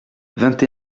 vingt